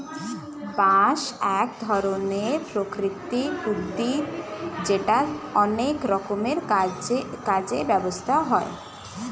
বাঁশ এক ধরনের প্রাকৃতিক উদ্ভিদ যেটা অনেক রকম কাজে ব্যবহৃত হয়